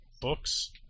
books